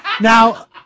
Now